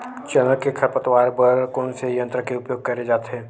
चना के खरपतवार बर कोन से यंत्र के उपयोग करे जाथे?